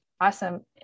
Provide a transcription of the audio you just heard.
Awesome